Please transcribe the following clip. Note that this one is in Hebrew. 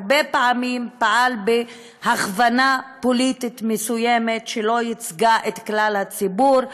הרבה פעמים פעל בהכוונה פוליטית מסוימת שלא ייצגה את כלל הציבור.